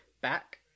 back